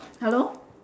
hello